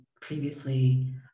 previously